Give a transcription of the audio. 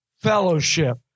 fellowship